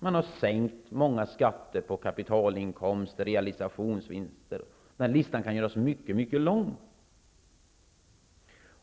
De har sänkt många skatter på kapitalinkomster och realisationsvinster. Listan kan göras mycket lång.